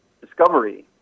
discovery